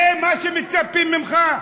זה מה שמצפים ממך?